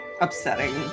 upsetting